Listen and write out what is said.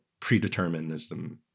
predeterminism